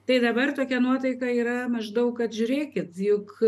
tai dabar tokia nuotaika yra maždaug kad žiūrėkit juk